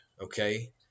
okay